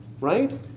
right